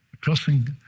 crossing